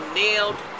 nailed